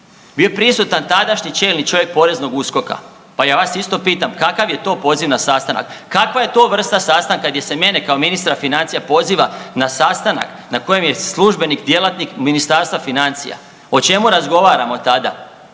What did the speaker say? Bio je prisuta tadašnji čelni čovjek poreznog USKOK-a, pa ja vas isto pitam, kakav je to poziv na sastanak, kakva je to vrsta sastanka gdje se mene kao ministra financija poziva na sastanak na kojem je službenik djelatnik Ministarstva financija, o čemu razgovaramo tada.